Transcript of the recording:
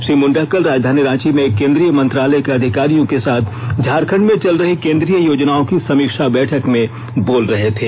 श्री मृंण्डा कल राजधानी रांची में केन्द्रीय मंत्रालय के अधिकारियों के साथ झारखंड में चल रही केन्द्रीय योजनाओं की समीक्षा बैठक में बोल रहे थे